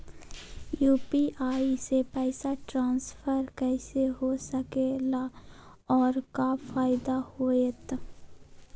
UPI से पैसा transfer कैसे हो सके ला और का फायदा होएत?